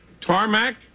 Tarmac